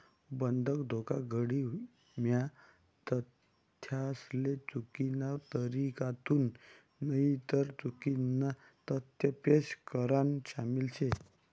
बंधक धोखाधडी म्हा तथ्यासले चुकीना तरीकाथून नईतर चुकीना तथ्य पेश करान शामिल शे